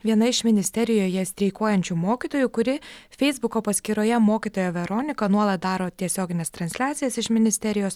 viena iš ministerijoje streikuojančių mokytojų kuri feisbuko paskyroje mokytoja veronika nuolat daro tiesiogines transliacijas iš ministerijos